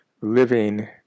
living